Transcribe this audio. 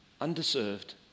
Undeserved